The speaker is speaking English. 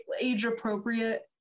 age-appropriate